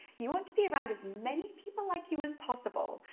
you want to be around as many people like you as possible.